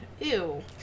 Ew